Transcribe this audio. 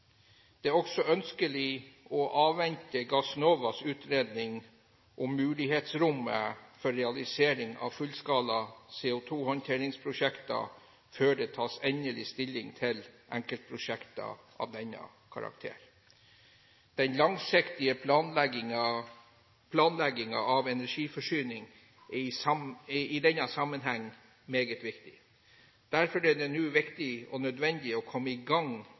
Det er også ønskelig å avvente Gassnovas utredning om mulighetsrommet for realisering av fullskala CO2-håndteringsprosjekter før det tas endelig stilling til enkeltprosjekter av denne karakter. Den langsiktige planleggingen av energiforsyningen er i denne sammenheng meget viktig. Derfor er det nå viktig og nødvendig å komme i gang